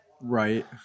Right